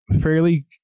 fairly